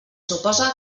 suposa